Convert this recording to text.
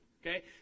Okay